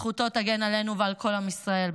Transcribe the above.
זכותו תגן עלינו ועל כל עם ישראל,